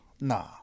Nah